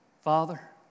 Father